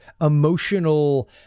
emotional